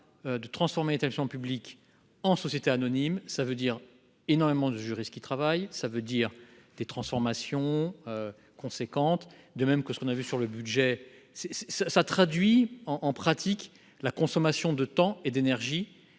De transformer public en société anonyme, ça veut dire énormément de ceux qui travaillent. Ça veut dire des transformations. Conséquente, de même que ce qu'on a vu sur le budget c'est c'est ça ça traduit en en pratique la consommation de temps et d'énergie